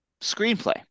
screenplay